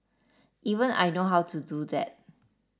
even I know how to do that